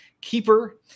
keeper